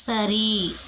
சரி